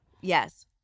Yes